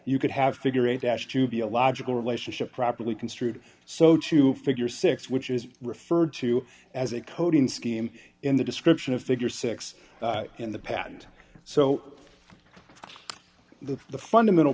you could have figure eight ash to be a logical relationship properly construed so to figure six which is referred to as a coding scheme in the description of figure six in the patent so the the fundamental